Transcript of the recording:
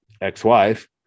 ex-wife